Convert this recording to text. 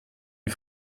les